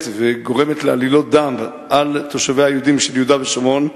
וגורמת לעלילות דם על התושבים היהודים של יהודה ושומרון.